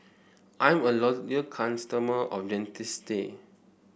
I'm a loyal customer of Dentiste